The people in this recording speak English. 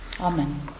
Amen